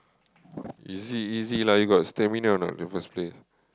easy easy lah you got stamina or not in the first place